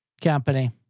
company